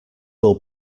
will